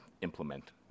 implement